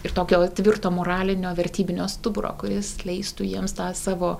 ir tokio va tvirto moralinio vertybinio stuburo kuris leistų jiems tą savo